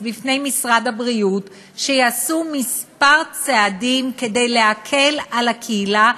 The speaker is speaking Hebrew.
בפני משרד הבריאות שיעשו כמה צעדים כדי להקל על הקהילה,